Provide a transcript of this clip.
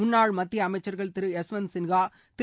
முன்னாள் மத்திய அமைச்சர்கள் திரு யஷ்வந்த் சின்ஹா திரு